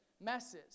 messes